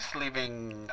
leaving